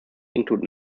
include